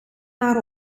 maar